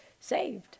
saved